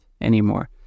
anymore